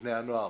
בני הנוער,